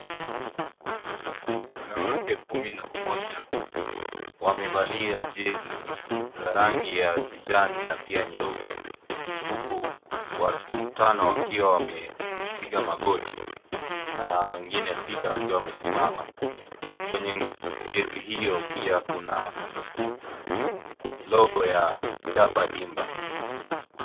Wanawake kumi na mmoja wamevalia jesi za rangi ya kijani na pia nyeupe huku watano wakiwa wamepiga magoti na wengine sita wakiwa wamesimama. Kwenye jesi hiyo pia kuna logo ya Chapa Dimba.